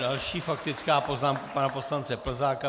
Další faktická poznámka pana poslance Plzáka.